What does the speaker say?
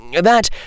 That